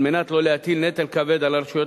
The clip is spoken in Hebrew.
על מנת שלא להטיל נטל כבד על הרשויות